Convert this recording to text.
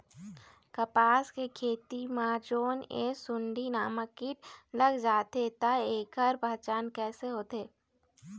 कपास के खेती मा जोन ये सुंडी नामक कीट लग जाथे ता ऐकर पहचान कैसे होथे?